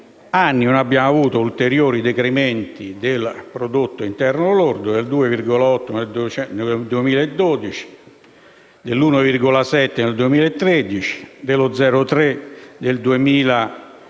non abbiamo avuto ulteriori decrementi del prodotto interno lordo: 2,8 per cento nel 2012, 1,7 nel 2013, 0,3 nel 2014.